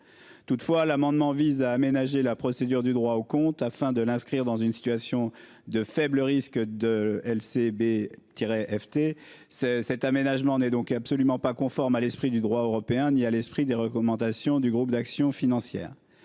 Toutefois l'amendement vise à aménager la procédure du droit au compte, afin de l'inscrire dans une situation de faible risque de LCB Tiret FT c'est cet aménagement n'est donc absolument pas conforme à l'esprit du droit européen ni à l'esprit des recommandations du Groupe d'action financière,